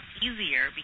easier